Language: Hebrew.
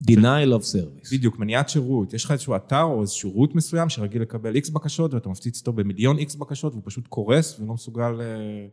denial of service. -בדיוק, מניעת שירות. יש לך איזשהו אתר או איזושהי שירות מסוים שרגיל לקבל X בקשות, ואתה מפציץ אותו במיליון X בקשות, והוא פשוט קורס ולא מסוגל...